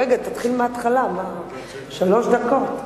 רגע, תתחיל מההתחלה, שלוש דקות.